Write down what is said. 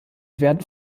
werden